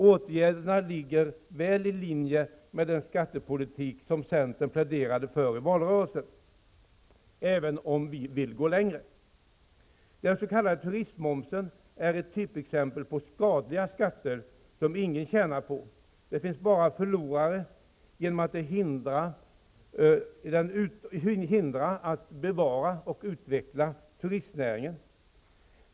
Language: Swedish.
Åtgärderna ligger väl i linje med den skattepolitik som vi i centern pläderade för i valrörelsen, även om vi skulle vilja gå längre. Den s.k. turistmomsen är ett typexempel på skadliga skatter som ingen tjänar på. Den skapar bara förlorare genom att den hindrar bevarande och utveckling av turistnäringen.